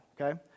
okay